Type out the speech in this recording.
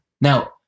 now